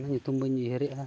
ᱚᱱᱟ ᱧᱩᱛᱩᱢ ᱵᱟᱹᱧ ᱩᱭᱦᱟᱹᱨᱮᱜᱼᱟ